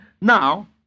Now